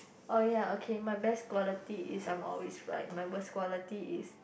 oh ya okay my best quality is I'm always right my worst quality is